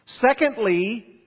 Secondly